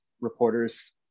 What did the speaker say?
reporters